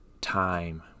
time